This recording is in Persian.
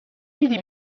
میدی